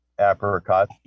apricot